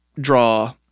draw